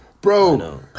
Bro